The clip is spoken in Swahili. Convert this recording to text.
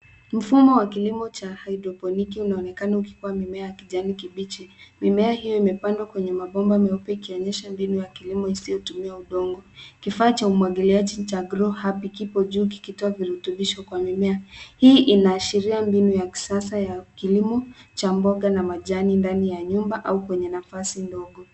Mfumo wa kilimo cha haidroponiki unaonekana ukikuwa mimea ya kijani kibichi. Mimea hiyo imepandwa kwenye mabomba meupe ikionyesha mbinu ya kilimo isiyotumia udongo. Kifaa cha umwagiliaji cha grow happy kipo juu kikitoa virutubisho kwa mimea. Hii inaashiria mbinu ya kisasa ya kilimo cha mboga na majani ndani ya nyumba au kwenye nafasi ndogo.